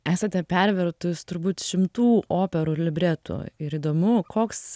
esate pervertus turbūt šimtų operų libretų ir įdomu koks